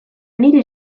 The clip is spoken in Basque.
nire